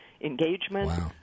engagement